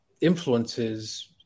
influences